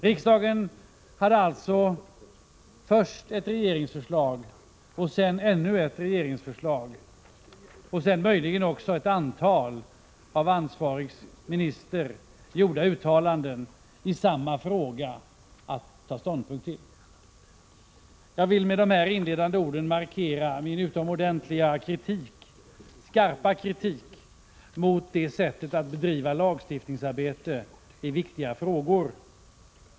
Riksdagen hade alltså först ett regeringsförslag, sedan ytterligare några regeringsförslag och dessutom ett antal av ansvarig minister gjorda uttalanden i samma fråga att ta ställning till. Jag vill med de här inledande orden markera min utomordentliga skarpa kritik mot det sättet att bedriva lagstiftningsarbete i viktiga frågor.